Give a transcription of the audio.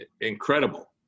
incredible